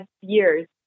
years